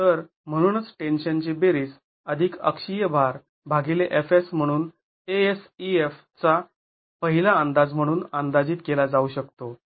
तर म्हणूनच टेन्शनची बेरीज अधिक अक्षीय भार भागिले F s म्हणून eff चा पहिला अंदाज म्हणून अंदाजीत केला जाऊ शकतो